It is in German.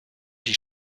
die